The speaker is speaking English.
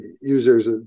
users